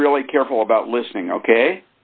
be really careful about listening ok